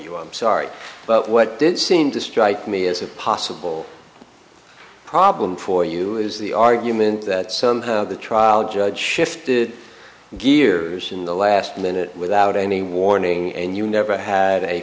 you i'm sorry but what did seemed to strike me as a possible problem for you is the argument that somehow the trial judge shifted gears in the last minute without any warning and you never had a